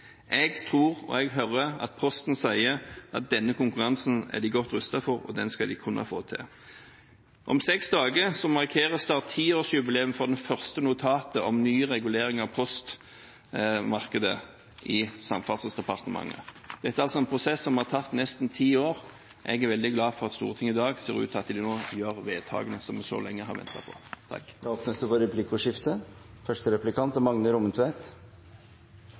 Jeg tror og hører Posten si at denne konkurransen er de godt rustet for, og den skal de kunne få til. Om seks dager markeres tiårsjubileet i Samferdselsdepartementet for det første notatet om ny regulering av postmarkedet. Dette er altså en prosess som har tatt nesten ti år. Jeg er veldig glad for at Stortinget i dag ser ut til å gjøre vedtaket som vi har ventet så lenge på. Det blir replikkordskifte. Eg har lyst til å spørja statsråden om kva det er